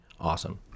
awesome